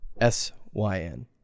S-Y-N